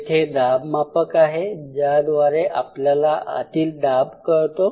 येथे दाबमापक आहे ज्याद्वारे आपल्याला आतील दाब कळतो